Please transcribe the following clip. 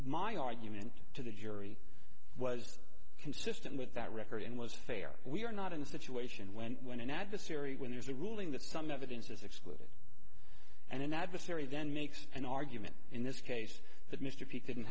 my argument to the jury was consistent with that record and was fair we are not in a situation when when an adversary when there's a ruling that some evidence is excluded and an adversary then makes an argument in this case